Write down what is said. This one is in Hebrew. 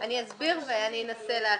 --- אני אסביר ואני אנסה להקריא.